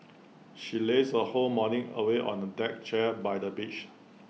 she lazed her whole morning away on A deck chair by the beach